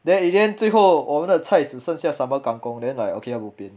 then in the end 最后我们的菜只剩下 sambal kang kong then like okay lah bo pian